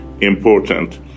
important